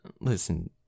listen